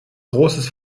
großes